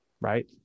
right